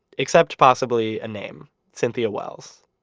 except possibly a name cynthia wells.